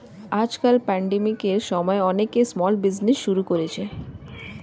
আজকাল প্যান্ডেমিকের সময়ে অনেকে স্মল বিজনেজ শুরু করেছে